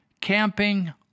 camping